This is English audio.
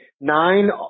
nine